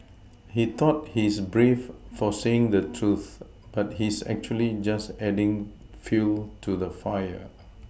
he thought he's brave for saying the truth but he's actually just adding fuel to the fire